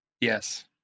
yes